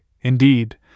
indeed